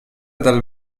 dal